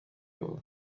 ngabo